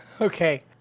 Okay